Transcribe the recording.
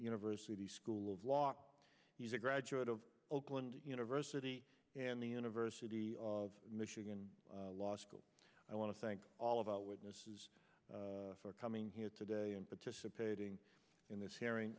university school of law he's a graduate of oakland university and the university of michigan law school i want to thank all of our witnesses for coming here today and participating in this hearing